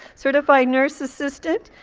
certified nurse assistant,